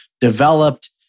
developed